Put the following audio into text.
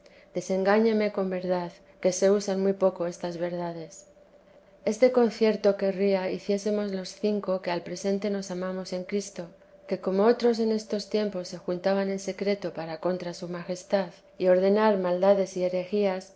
desengáñeme con verdad que se usan muy poco estas verdades este concierto querría hiciésemos los cinco que al presente nos amamos en cristo que como otros en estos tiempos se juntaban en secreto para contra su majestad y ordenar maldades y